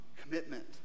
commitment